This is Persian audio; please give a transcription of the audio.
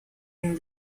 این